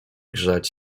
grzać